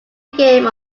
game